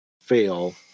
fail